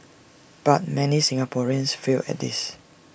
but many Singaporeans fail at this